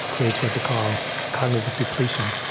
creates what they call cognitive depletion.